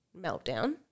meltdown